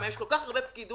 יש כל כך הרבה פקידות,